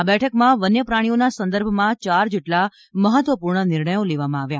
આ બેઠકમાં વન્ય પ્રાણીઓના સંદર્ભમાં ચાર જેટલા મહત્વપૂર્ણ નિર્ણયો લેવામાં આવ્યા